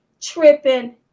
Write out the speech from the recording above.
Tripping